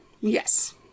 Yes